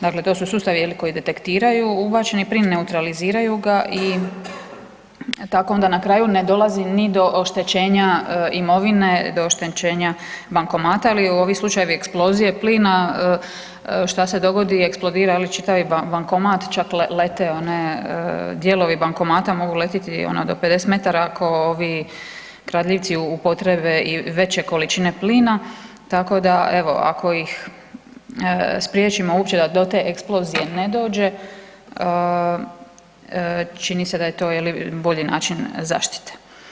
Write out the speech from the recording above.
Dakle, to su sustavi je li koji detektiraju ubačeni plin, neutraliziraju ga i tako onda na kraju ne dolazi ni do oštećenja imovine, do oštećenja bankomata jel ovi slučajevi eksplozije plina, šta se dogodi, eksplodira čitavi bankomat čak lete one dijelovi bankomata mogu letjeti i ono do 50 metara ako ovi kradljivci upotrijebe i veće količine plina tako da evo ako ih spriječimo uopće da do te eksplozije ne dođe čini se da je to je li bolji način zaštite.